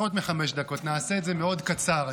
פחות מחמש דקות, נעשה את זה מאוד קצר.